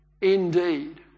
Indeed